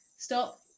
Stop